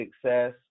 success